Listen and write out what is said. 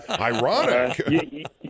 Ironic